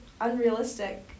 unrealistic